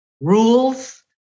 rules